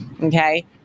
okay